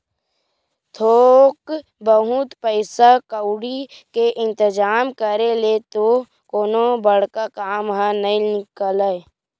थोक बहुत पइसा कउड़ी के इंतिजाम करे ले तो कोनो बड़का काम ह नइ निकलय